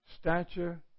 stature